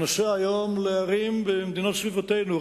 נראה מה קורה במדינות סביבנו.